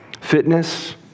Fitness